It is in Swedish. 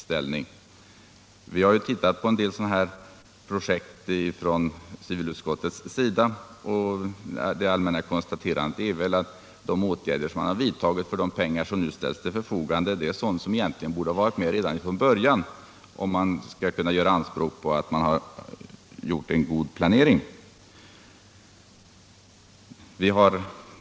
Civilutskottet har tittat på en del sådana projekt, och det allmänna konstaterandet är att de åtgärder som har vidtagits för de pengar som ställts till förfogande, är sådana som egentligen borde ha varit med redan från början, om man skall kunna göra anspråk på att ha gjort en god planering.